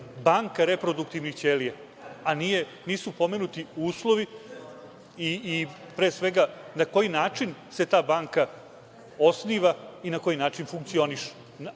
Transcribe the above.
banka reproduktivnih ćelija, a nisu pomenuti uslovi i pre svega na koji način se ta banka osniva i na koji način funkcioniše. Naime,